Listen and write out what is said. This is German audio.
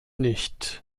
nicht